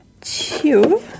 two